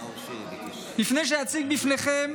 לפני שאציגה בפניכם,